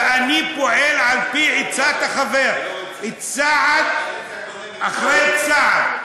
ואני פועל על-פי עצת החבר צעד אחרי צעד,